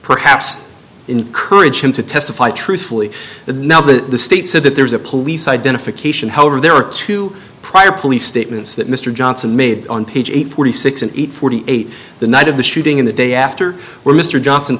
perhaps encourage him to testify truthfully the number that the state said that there was a police identification however there are two prior police statements that mr johnson made on page eight forty six and eight forty eight the night of the shooting in the day after when mr johnson